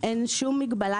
אין כמעט מגבלה.